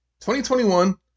2021